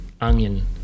onion